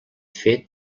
fet